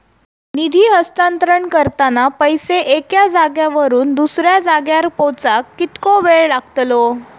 निधी हस्तांतरण करताना पैसे एक्या जाग्यावरून दुसऱ्या जाग्यार पोचाक कितको वेळ लागतलो?